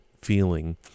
Feeling